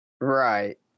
Right